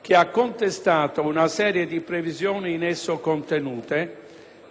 che ha contestato una serie di previsioni in esso contenute,